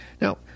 Now